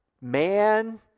man